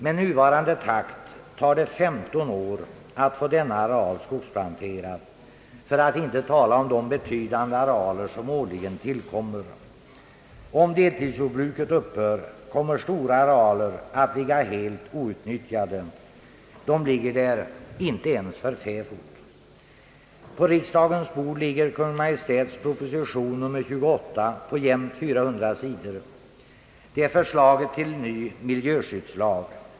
Med nuvarande takt tar det 15 år att få denna areal skogsplanterad — för att inte tala om de betydande arealer som årligen tillkommer. Om deltidsjordbruket upphör kommer stora arealer att ligga helt outnyttjade; de ligger där — inte ens för fäfot. På riksdagens bord ligger Kungl. Maj:ts proposition nr 28 på jämnt 400 sidor. Det är förslaget till ny miljöskyddslag.